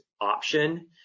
option